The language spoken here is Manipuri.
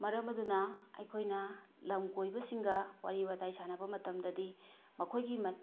ꯃꯔꯝ ꯑꯗꯨꯅ ꯑꯩꯈꯣꯏꯅ ꯂꯝ ꯀꯣꯏꯕꯁꯤꯡꯒ ꯋꯥꯔꯤ ꯋꯥꯇꯥꯏ ꯁꯥꯟꯅꯕ ꯃꯇꯝꯗꯗꯤ ꯃꯈꯣꯏꯒꯤ